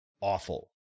awful